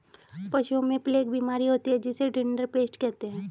पशुओं में प्लेग बीमारी होती है जिसे रिंडरपेस्ट कहते हैं